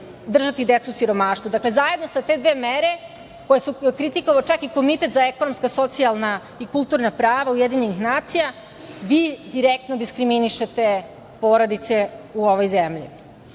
držati decu u siromaštvu. Dakle, zajedno sa te dve mere koje je kritikovao čak i Komitet za ekonomsko-socijalna i kulturna prava UN, vi direktno diskriminišete porodice u ovoj zemlji. Takođe,